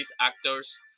actors